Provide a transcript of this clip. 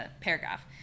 paragraph